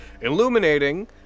illuminating